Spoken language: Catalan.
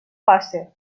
passa